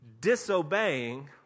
disobeying